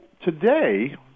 Today